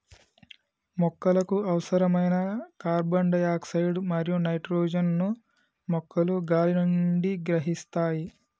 మొక్కలకు అవసరమైన carbon dioxide మరియు నైట్రోజన్ ను మొక్కలు గాలి నుండి గ్రహిస్తాయి